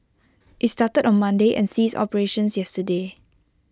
IT started on Monday and ceased operations yesterday